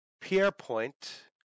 Pierrepoint